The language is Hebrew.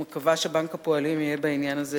אני מקווה שבנק הפועלים יהיה בעניין הזה